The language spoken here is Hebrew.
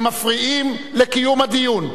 הם מפריעים לקיום הדיון.